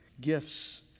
gifts